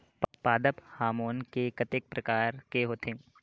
पादप हामोन के कतेक प्रकार के होथे?